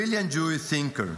לאור העיקרון היהודי הגדול,